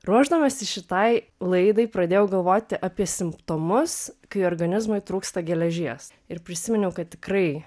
ruošdamasi šitai laidai pradėjau galvoti apie simptomus kai organizmui trūksta geležies ir prisiminiau kad tikrai